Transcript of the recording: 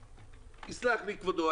יסלח לי כבודו,